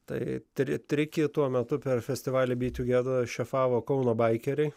tai tri trikį tuo metu per festivalį bi tugeva šefavo kauno baikeriai